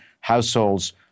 households